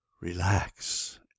relax